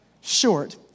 short